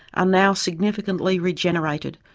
are now significantly regenerated,